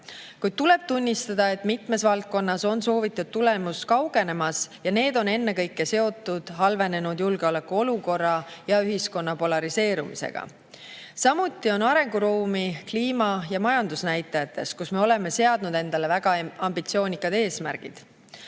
Kuid tuleb tunnistada, et mitmes valdkonnas on soovitud tulemus kaugenemas, ja need on ennekõike seotud halvenenud julgeolekuolukorra ja ühiskonna polariseerumisega. Samuti on arenguruumi kliima‑ ja majandusnäitajates, kus me oleme seadnud endale väga ambitsioonikad eesmärgid.